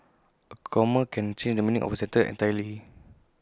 A comma can change the meaning of A sentence entirely